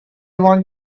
want